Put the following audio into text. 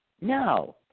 no